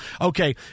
Okay